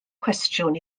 cwestiwn